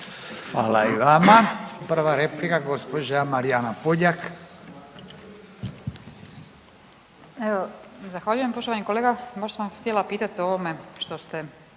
Hvala i vama. Prva replika gospođa Marijana Puljak.